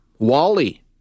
Wally